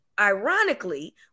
ironically